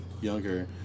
younger